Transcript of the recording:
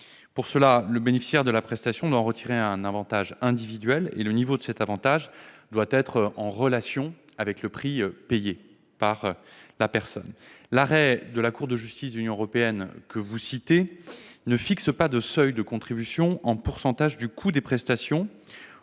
Pour cela, le bénéficiaire de la prestation doit en retirer un avantage individuel et le niveau de cet avantage doit être en relation avec le prix payé par la personne. L'arrêt de la Cour de justice de l'Union européenne que vous évoquez ne fixe pas de seuil de contribution en pourcentage du coût des prestations